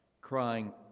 crying